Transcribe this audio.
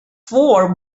four